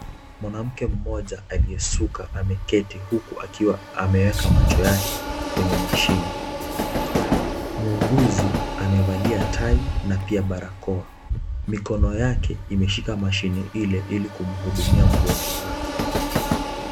Mwanamke mmoja aliyesuka ameketi huku akiwa ameweka macho yake kwenye mashini ,muuguzi amevalia tai na pia barakoa, mikono yake imeshika mashini ile ili kumhudumia mgonjwa wake.